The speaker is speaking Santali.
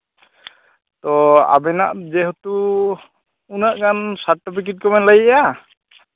ᱛᱚ ᱟᱵᱮᱱᱟᱜ ᱡᱮᱦᱮᱛᱩ ᱩᱱᱟᱹᱜ ᱜᱟᱱ ᱥᱟᱨᱴᱤᱯᱷᱤᱠᱮᱴ ᱠᱚᱵᱮᱱ ᱞᱟᱹᱭᱮᱜᱼᱟ